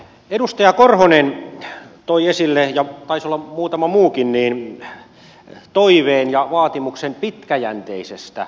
edustaja korhonen ja taisi olla muutama muukin toi esille toiveen ja vaatimuksen pitkäjänteisestä maatalouspolitiikasta